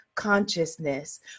consciousness